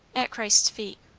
at christ's feet.